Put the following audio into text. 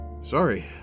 Sorry